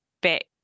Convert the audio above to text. back